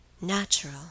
natural